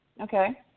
Okay